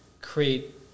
create